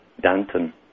Danton